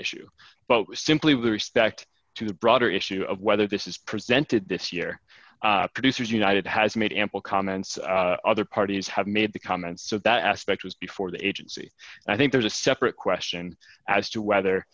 issue but simply with respect to the broader issue of whether this is presented this year producers united has made ample comments other parties have made the and so that aspect was before the agency i think there's a separate question as to whether